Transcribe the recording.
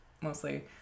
mostly